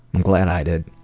i'm glad i did.